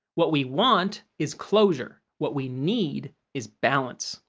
what we want is closure. what we need is balance.